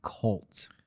cult